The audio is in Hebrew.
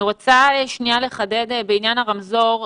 אני רוצה לחדד בעניין הרמזור,